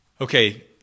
Okay